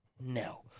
No